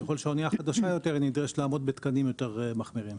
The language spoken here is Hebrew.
ככל שאנייה חדשה יותר היא נדרשת לעמוד בתקנים יותר מחמירים.